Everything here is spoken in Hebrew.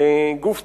גוף ציבורי,